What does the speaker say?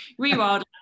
rewild